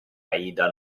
aida